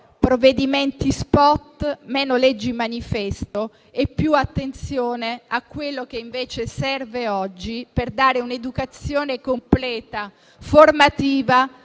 provvedimenti *spot*, meno leggi manifesto e più attenzione a quello che, invece, serve oggi per dare un'educazione completa e formativa